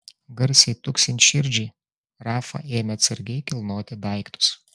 garsiai tuksint širdžiai rafa ėmė atsargiai kilnoti daiktus